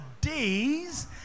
days